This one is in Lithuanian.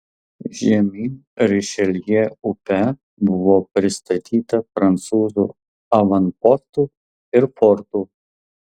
žemyn rišeljė upe buvo pristatyta prancūzų avanpostų ir fortų